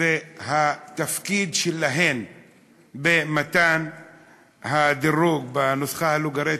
והתפקיד שלהן במתן הדירוג בנוסחה האלגוריתמית: